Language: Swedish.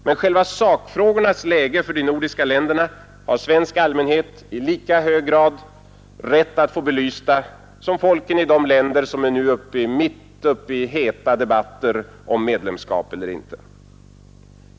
Men själva sakfrågornas läge för de nordiska länderna har svensk allmänhet i lika hög grad rätt att få belysta som folken i de länder som nu är mitt uppe i heta debatter om medlemskap eller inte.